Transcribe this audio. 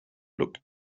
look